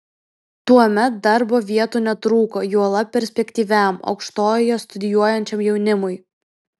tuomet darbo vietų netrūko juolab perspektyviam aukštojoje studijuojančiam jaunimui